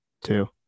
Two